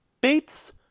Bates